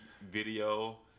video